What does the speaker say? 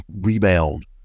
rebound